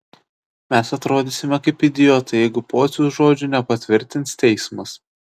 mes atrodysime kaip idiotai jeigu pociaus žodžių nepatvirtins teismas